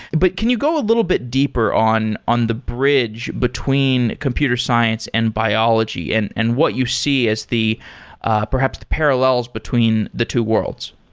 but can you go a little bit deeper on on the bridge between computer science and biology and and what you see as ah perhaps the parallels between the two worlds